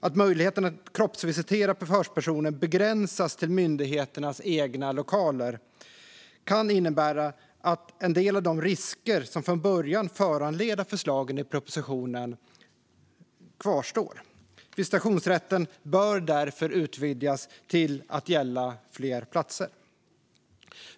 Att möjligheten att kroppsvisitera förhörspersoner begränsas till myndigheternas egna lokaler kan innebära att en del av de risker som från början föranledde förslagen i propositionen kvarstår. Visitationsrätten bör därför utvidgas till att gälla fler platser.